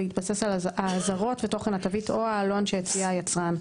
בהתבסס על האזהרות ותוכן התווית או העלון שהציע היצרן,